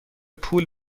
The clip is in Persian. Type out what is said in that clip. پول